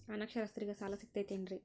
ಅನಕ್ಷರಸ್ಥರಿಗ ಸಾಲ ಸಿಗತೈತೇನ್ರಿ?